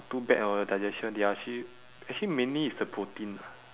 too bad on your digestion they are actually actually mainly it's the protein lah